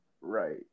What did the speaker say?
Right